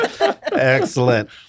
Excellent